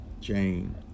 Jane